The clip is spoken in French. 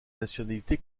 nationalité